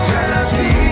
Jealousy